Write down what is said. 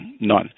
None